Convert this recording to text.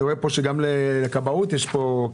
אני רואה כאן שגם לכבאות יש כסף.